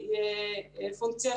אבל במקום